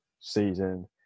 season